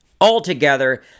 Altogether